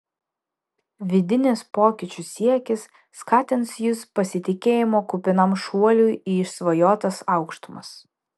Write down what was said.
vidinis pokyčių siekis skatins jus pasitikėjimo kupinam šuoliui į išsvajotas aukštumas